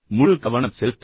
முழு கவனம் செலுத்துங்கள்